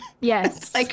yes